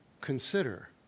consider